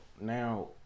now